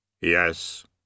Yes